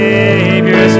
Savior